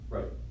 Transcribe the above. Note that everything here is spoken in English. Right